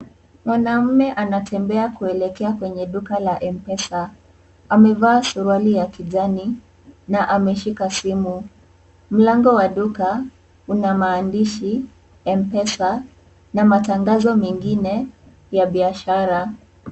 Mwanaume anatembea kuelekea kwenye duka la Mpesa. Amevaa suruali ya kijani na ameshika simu. Mlango wa duka una maandishi Mpesa na matangazo mengine ya biashara.